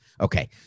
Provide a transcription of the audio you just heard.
Okay